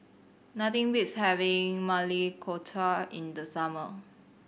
nothing beats having Maili Kofta in the summer